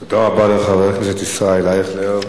תודה רבה לחבר הכנסת ישראל אייכלר.